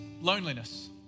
loneliness